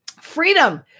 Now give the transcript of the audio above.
Freedom